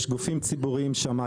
יש גופים ציבוריים שם,